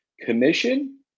commission